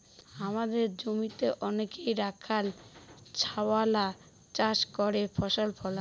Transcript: হামাদের জমিতে অনেইক রাখাল ছাওয়ালরা চাষ করে ফসল ফলাং